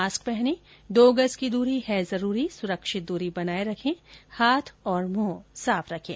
mask पहनें दो गज की दूरी है जरूरी सुरक्षित दूरी बनाए रखें हाथ और मुंह साफ रखें